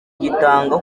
gitanga